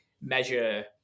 measure